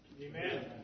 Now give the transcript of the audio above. Amen